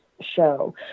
show